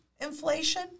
inflation